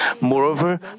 moreover